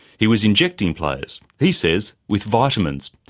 he was injected players, he says with vitamins.